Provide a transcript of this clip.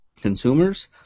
consumers